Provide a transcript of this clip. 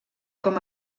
com